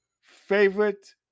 favorite